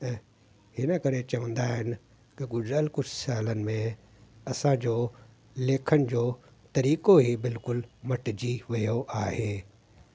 ऐं हिन करे चवंदा आहिनि कि गुज़िरियल कुझु सालनि में असांजो लेखन जो तरीक़ो ई बिल्कुलु मटिजी वियो आहे